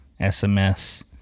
SMS